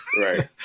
Right